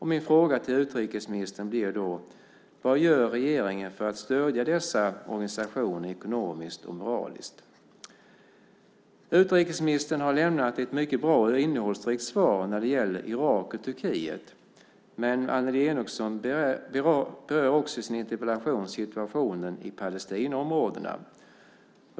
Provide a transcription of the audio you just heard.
Min fråga till utrikesministern blir: Vad gör regeringen för att stödja dessa organisationer ekonomiskt och moraliskt? Utrikesministern har lämnat ett mycket bra och innehållsrikt svar när det gäller Irak och Turkiet. Men Annelie Enochson berör också i sin interpellation situationen i Palestinaområdena.